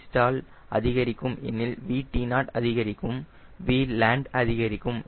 Vstall அதிகரிக்கும் எனில் VTO அதிகரிக்கும் Vland அதிகரிக்கும்